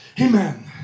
Amen